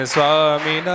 Swami